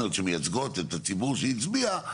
קואליציוניות שמייצגות את הציבור שהצביע,